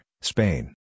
Spain